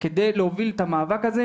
כדי להוביל את המאבק הזה.